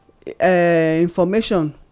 Information